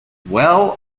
well